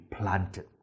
planted